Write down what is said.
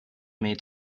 made